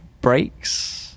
breaks